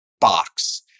box